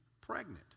pregnant